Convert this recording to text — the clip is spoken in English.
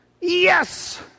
Yes